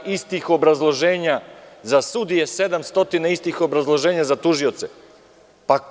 Ista obrazloženja za sudije, 700 i ista obrazloženja za tužioce, 700.